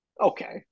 Okay